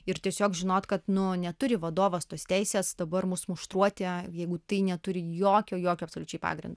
ir tiesiog žinot kad nu neturi vadovas tos teisės dabar mus muštruoti jeigu tai neturi jokio jokio absoliučiai pagrindo